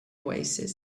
oasis